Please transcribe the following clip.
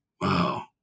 Wow